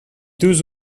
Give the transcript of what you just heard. deux